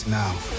now